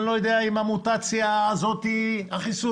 ואני לא יודע אם החיסון עובד על המוטציה זו או אחרת,